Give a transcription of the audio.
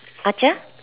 I just